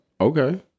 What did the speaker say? Okay